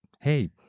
hey